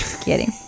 kidding